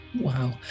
Wow